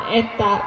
että